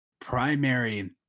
primary